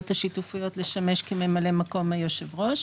השיתופיות לשמש כממלא מקום יושב הראש.